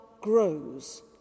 grows